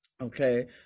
okay